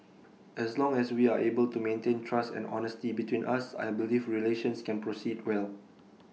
as long as we are able to maintain trust and honesty between us I believe relations can proceed well